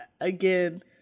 again